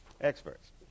Experts